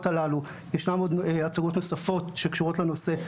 הללו ישנם עוד הצגות נוספות שקשורות לנושא,